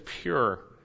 pure